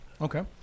Okay